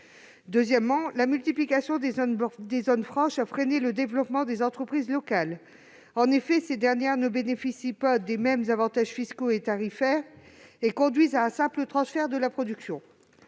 Deuxièmement, la multiplication des zones franches a freiné le développement des entreprises locales. En effet, ces dernières ne bénéficient pas des mêmes avantages fiscaux et tarifaires, ce qui conduit à un simple transfert de la production.